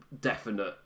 definite